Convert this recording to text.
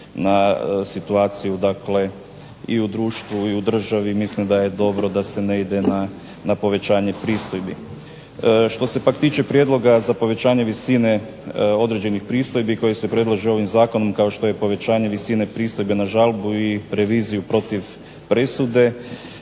na situaciju dakle i u društvu i u državi mislim da je dobro da se ne ide na povećanje pristojbi. Što se pak tiče prijedloga za povećanje visine određenih pristojbi koje se predlažu ovim zakonom, kao što je povećanje visine pristojbe na žalbu i reviziju protiv presude,